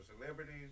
celebrities